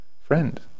Friend